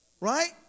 right